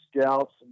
scouts